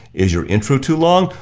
is your intro too long?